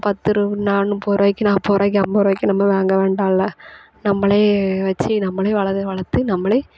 பத்துரு நான் முப்பதுரூவாக்கு நுப்பதுரூவாக்கு ஐம்பதுரூவாக்கி நம்ப வாங்க வேண்டாம்ல நம்பளே வச்சு நம்பளே வளது வளர்த்து நம்பளே